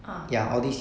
ah